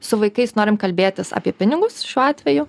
su vaikais norim kalbėtis apie pinigus šiuo atveju